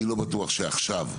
אני לא בטוח שעכשיו.